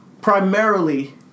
primarily